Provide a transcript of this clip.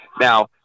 Now